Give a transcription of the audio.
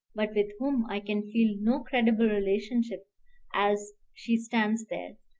but with whom i can feel no credible relationship as she stands there,